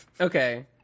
Okay